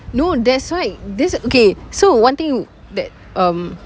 no that's why that's okay so one thing that um